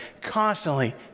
constantly